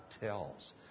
tells